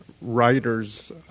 writers